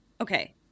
okay